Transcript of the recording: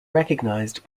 recognised